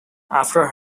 after